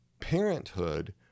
parenthood